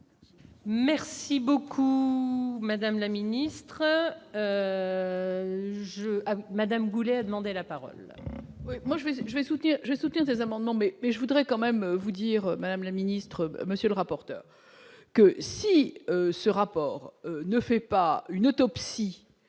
Merci beaucoup, madame la ministre, je Madame Goulet a demandé la parole. Moi je vais je vais soutenir je soutiens des amendements mais mais je voudrais quand même vous dire madame la ministre, monsieur le rapporteur, que si ce rapport ne fait pas une autopsie